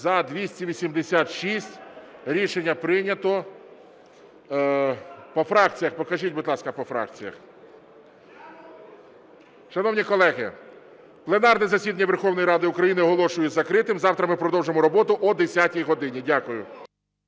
По фракціях. Покажіть, будь ласка, по фракціях. Шановні колеги, пленарне засідання Верховної Ради України оголошую закритим. Завтра ми продовжимо роботу о 10 годині. Дякую.